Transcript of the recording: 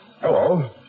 Hello